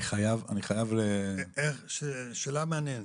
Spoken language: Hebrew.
שאלה מעניינת,